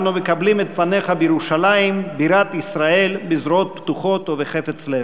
אנו מקבלים את פניך בירושלים בירת ישראל בזרועות פתוחות ובחפץ לב.